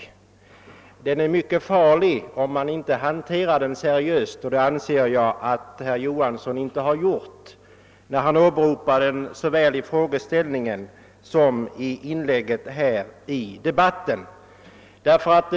Statistiken är mycket farlig om man inte hanterar den seriöst, och det anser jag att herr Johansson inte gör när han åberopar statistiken såväl i sin interpellation som i sitt inlägg nyss.